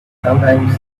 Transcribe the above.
sometimes